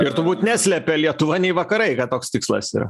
ir turbūt neslepia lietuva nei vakarai kad toks tikslas yra